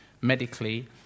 medically